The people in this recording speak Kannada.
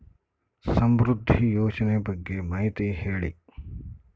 ಸಮೃದ್ಧಿ ಯೋಜನೆ ಬಗ್ಗೆ ಮಾಹಿತಿ ಹೇಳಿ?